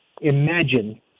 Imagine